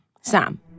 Sam